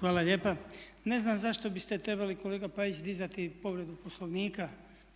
Hvala lijepa. Ne znam zašto biste trebali kolega Pajić dizati povredu Poslovnika